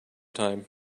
time